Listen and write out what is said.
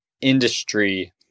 industry